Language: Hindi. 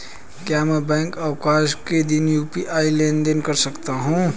क्या मैं बैंक अवकाश के दिन यू.पी.आई लेनदेन कर सकता हूँ?